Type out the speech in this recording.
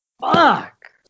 fuck